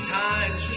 times